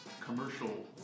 commercial